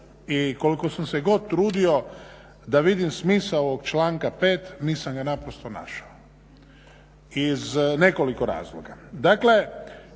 i koliko sam se god trudio da vidim smisao ovog članka 5. nisam ga naprosto našao iz nekoliko razloga.